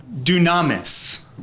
Dunamis